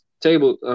table